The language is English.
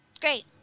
Great